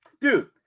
Dude